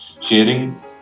sharing